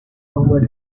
over